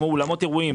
כמו אולמות אירועים,